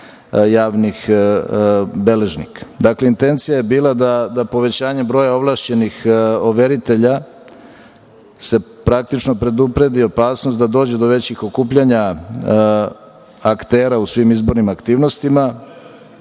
javnih beležnika. Dakle, intencija je bila da povećanjem broja ovlašćenih overitelja se praktično predupredio opasnost da dođe do većih okupljanja aktera u svim izbornim aktivnostima,